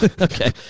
Okay